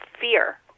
fear